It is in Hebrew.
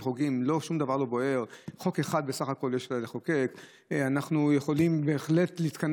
אתה יודע שהחלטה אם תתכנס